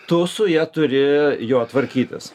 tu su ja turi jo tvarkytis